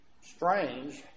strange